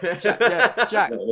Jack